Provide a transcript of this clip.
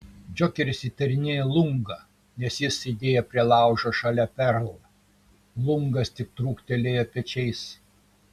džokeris įtarinėja lungą nes jis sėdėjo prie laužo šalia perl lungas tik trūktelėjo pečiais